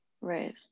right